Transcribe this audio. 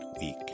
week